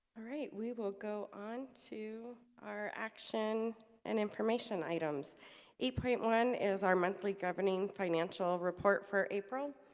all right, we will go on to our action and information items eight point one is our monthly governing financial report for april.